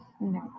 No